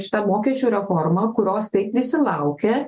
šita mokesčių reforma kurios taip visi laukia